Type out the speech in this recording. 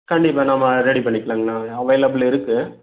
கண்டிப்பாக நம்ம ரெடி பண்ணிக்கலாங்கண்ணா அவைலபிள் இருக்கு